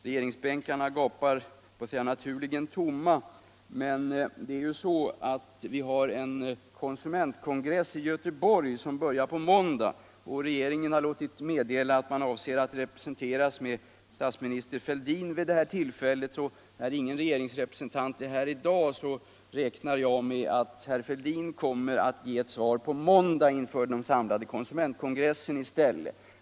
Regeringsbänkarna gapar — jag höll på att säga naturligen — tomma, men vi har ju en konsumentkongress i Göteborg som börjar på måndag. Regeringen har låtit meddela att man avser att låta sig representeras av statsminister Fältdin vid det tillfället. När nu ingen regeringsrepresentant är här I dag, så räknar jag med.att herr Fälldin kommer att ge ett svar på måndag inför den samlade konsumentkongressen i stället.